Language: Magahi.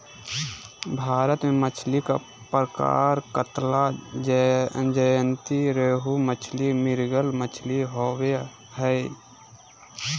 भारत में मछली के प्रकार कतला, ज्जयंती रोहू मछली, मृगल मछली होबो हइ